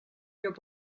your